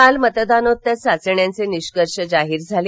काल मतदानोत्तर चाचण्यांचे निष्कर्ष जाहीर झाले